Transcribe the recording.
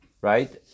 right